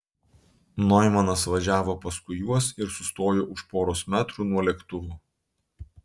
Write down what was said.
noimanas važiavo paskui juos ir sustojo už poros metrų nuo lėktuvo